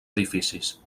edificis